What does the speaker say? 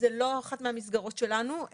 זו לא אחת מהמסגרות שלנו.